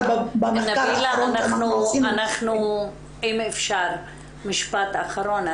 במחקר האחרון שעשינו --- נבילה אם אפשר משפט אחרון.